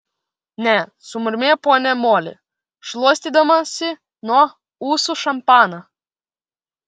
ne sumurmėjo ponia moli šluostydamasi nuo ūsų šampaną